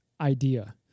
idea